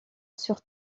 sur